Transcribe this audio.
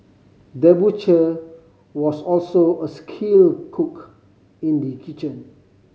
the butcher was also a skilled cook in the kitchen